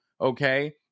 okay